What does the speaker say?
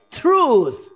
truth